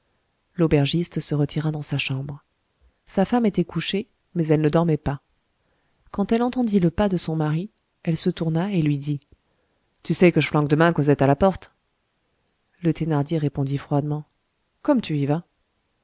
l'aubergiste se retira dans sa chambre sa femme était couchée mais elle ne dormait pas quand elle entendit le pas de son mari elle se tourna et lui dit tu sais que je flanque demain cosette à la porte le thénardier répondit froidement comme tu y vas